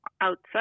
outside